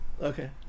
Okay